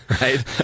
right